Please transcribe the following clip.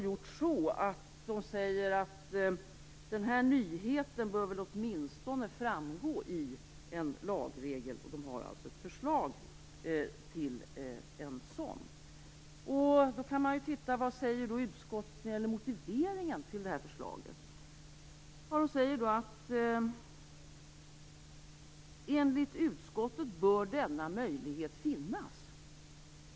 Utskottet säger att den här nyheten åtminstone bör framgå i en lagregel och har ett förslag till en sådan. Vad säger då utskottet när det gäller motiveringen till detta förslag? Utskottet säger: "Enligt utskottet bör denna möjlighet finnas.